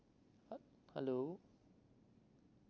ah hello